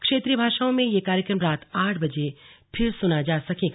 क्षेत्रीय भाषाओं में यह कार्यक्रम रात आठ बजे फिर सुना जा सकेगा